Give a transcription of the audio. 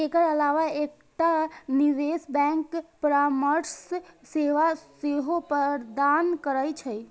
एकर अलावा एकटा निवेश बैंक परामर्श सेवा सेहो प्रदान करै छै